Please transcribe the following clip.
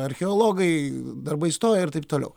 archeologai darbai stoja ir taip toliau